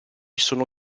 sono